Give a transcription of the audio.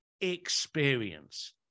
experience